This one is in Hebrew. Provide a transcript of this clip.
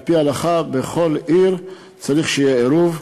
על-פי ההלכה, בכל עיר צריך שיהיה עירוב.